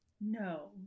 No